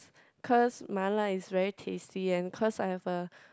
cause mala is very tasty and cause I have a